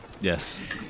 Yes